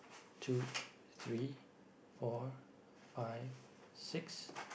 two three four five six